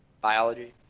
Biology